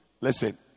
listen